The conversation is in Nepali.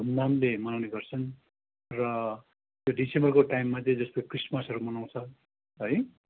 धुमधामले मनाउने गर्छन् र त्यो डिसेम्बरको टाइममा चाहिँ जस्तै क्रिसमसहरू मनाउँछ है